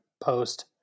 post